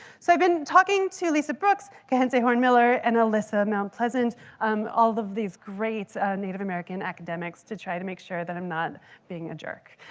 so i've been talking to lisa brooks, kahente horn-miller, and alyssa mt. pleasant um all of these great native american academics to try to make sure that i'm not being a jerk.